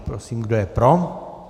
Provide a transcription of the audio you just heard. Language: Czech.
Prosím, kdo je pro?